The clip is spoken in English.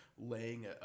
laying